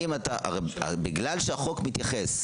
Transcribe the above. הרי בגלל שהחוק מתייחס,